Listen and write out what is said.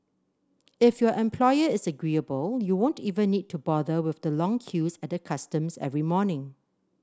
if your employer is agreeable you won't even need to bother with the long queues at the customs every morning